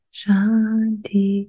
Shanti